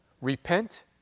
Repent